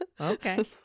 Okay